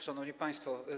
Szanowni Państwo!